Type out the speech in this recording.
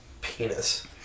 penis